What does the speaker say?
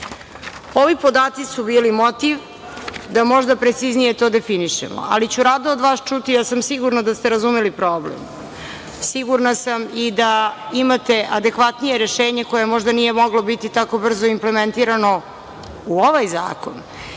podaci su bili motiv da možda preciznije to definišemo, ali ću rado od vas čuti… Ja sam sigurna da ste razumeli problem, sigurna sam i da imate adekvatnije rešenje koje možda nije moglo biti tako brzo implementirano u ovaj zakon